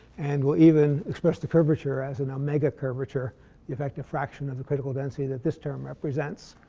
and we'll even express the curvature as an omega curvature. the effective fraction of the critical density that this term represents.